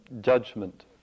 judgment